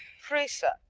fresa,